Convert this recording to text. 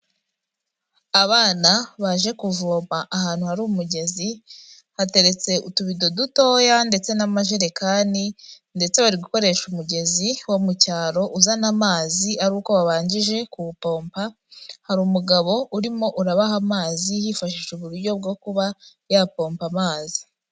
Abana baje kuvoma ahantu hari umugezi, hateretse utubido dutoya ndetse n'amajerekani ndetse bari gukoresha umugezi wo mu cyaro uzana amazi ari uko babanjije kuwupompa, hari umugabo urimo urabaha amazi yifashisha uburyo bwo kuba yapomba amazi.